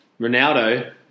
Ronaldo